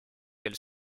elles